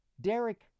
Derek